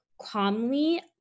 calmly